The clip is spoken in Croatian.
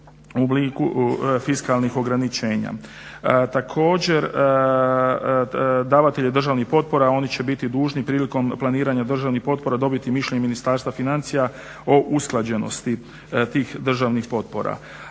u obliku fiskalnih ograničenja. Također davatelji državnih potpora oni će biti dužni prilikom planiranja državnih potpora dobiti mišljenje Ministarstva financija o usklađenosti tih državnih potpora.